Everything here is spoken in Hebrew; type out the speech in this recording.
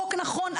החוק נכון,